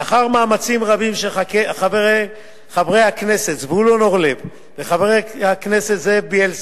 לאחר מאמצים רבים של חבר הכנסת זבולון אורלב וחבר הכנסת זאב בילסקי,